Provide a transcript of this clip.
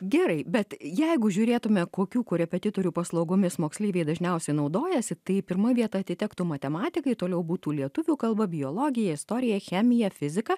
gerai bet jeigu žiūrėtume kokių korepetitorių paslaugomis moksleiviai dažniausiai naudojasi tai pirma vieta atitektų matematikai toliau būtų lietuvių kalba biologija istorija chemija fizika